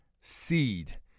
seed